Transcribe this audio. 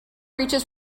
reaches